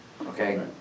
okay